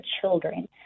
children